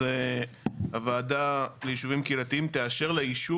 אז הוועדה ליישובים קהילתיים תאפשר ליישוב